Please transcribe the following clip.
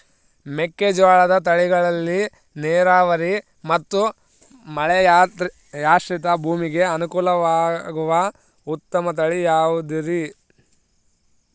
ಮೆಕ್ಕೆಜೋಳದ ತಳಿಗಳಲ್ಲಿ ನೇರಾವರಿ ಮತ್ತು ಮಳೆಯಾಶ್ರಿತ ಭೂಮಿಗೆ ಅನುಕೂಲವಾಗುವ ಉತ್ತಮ ತಳಿ ಯಾವುದುರಿ?